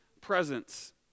presence